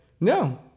No